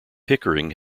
pickering